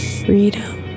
freedom